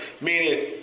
meaning